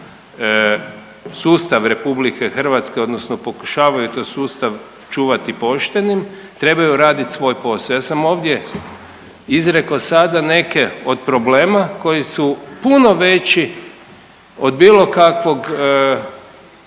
sustav RH odnosno pokušavaju taj sustav čuvati poštenim trebaju radit svoj posao. Ja sam ovdje izrekao sada neke od problema koji su puno veći od bilo kakvog